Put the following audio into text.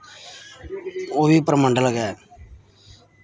ओह् बी परमंडल गै